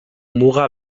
muga